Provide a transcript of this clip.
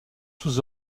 sous